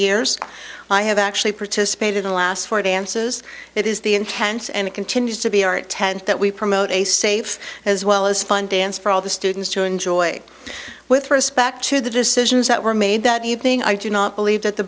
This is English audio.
years i have actually participated in last four dances it is the intense and it continues to be our tent that we promote a safe as well as fun dance for all the students to enjoy with respect to the decisions that were made that evening i do not believe that the